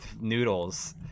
noodles